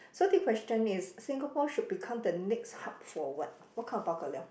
so this question is Singapore should become the next hub for what what kind of pau ka liao